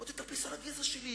בוא תטפס על הגזע שלי,